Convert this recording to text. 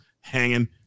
hanging